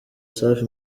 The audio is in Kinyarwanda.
safi